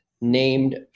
named